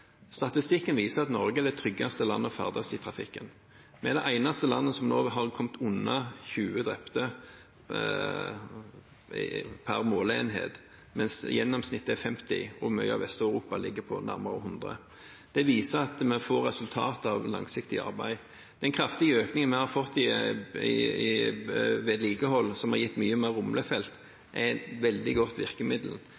Statistikken viser at Norge er det tryggeste landet å ferdes i trafikken i. Vi er det eneste landet som nå har kommet under 20 drepte per måleenhet, mens gjennomsnittet er 50. Mye av Vest-Europa ligger på nærmere 100. Det viser at vi får resultater av langsiktig arbeid. Den kraftige økningen vi har fått i vedlikehold, som har gitt